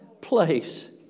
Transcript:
place